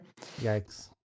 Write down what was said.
Yikes